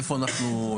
איפה אנחנו,